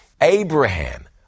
Abraham